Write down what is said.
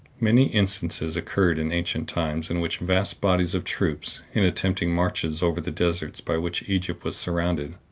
many instances occurred in ancient times in which vast bodies of troops, in attempting marches over the deserts by which egypt was surrounded,